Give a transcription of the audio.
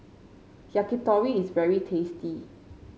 yakitori is very tasty